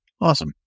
Awesome